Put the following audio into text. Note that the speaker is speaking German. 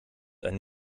einen